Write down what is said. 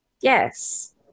Yes